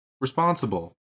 responsible